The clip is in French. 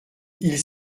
ils